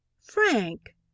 frank